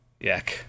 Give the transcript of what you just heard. Yuck